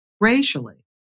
racially